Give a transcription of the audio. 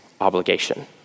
obligation